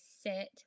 sit